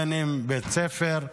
בית ספר,